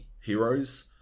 heroes